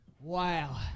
Wow